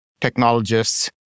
technologists